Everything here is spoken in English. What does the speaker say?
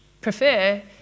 prefer